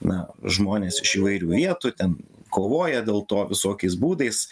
na žmonės iš įvairių vietų ten kovoja dėl to visokiais būdais